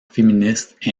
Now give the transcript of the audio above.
féministe